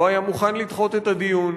לא היה מוכן לדחות את הדיון,